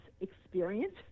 experience